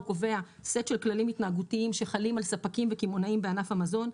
הוא קובע סט של כללים התנהגותיים שחלים על ספקים וקמעונאים בענף המזון.